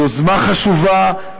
יוזמה חשובה,